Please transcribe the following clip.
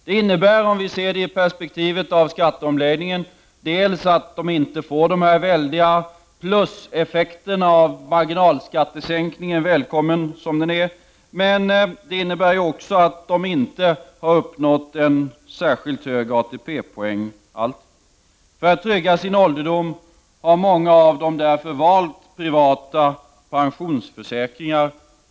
Det innebär, om man ser det i perspektivet av skatteomläggningen, dels att dessa människor inte får de stora pluseffekterna av marginalskattesänkningen, välkommen som den är, dels att de inte har uppnått en särskilt hög ATP-poäng. För att trygga sin ålderdom har många av dem därför valt privata pensionsförsäkringar.